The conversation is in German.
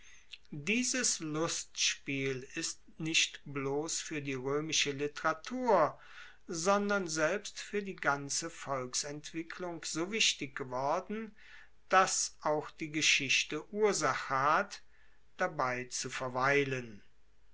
dieses lustspiel ist nicht bloss fuer die roemische literatur sondern selbst fuer die ganze volksentwicklung so wichtig geworden dass auch die geschichte ursache hat dabei zu verweilen